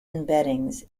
embeddings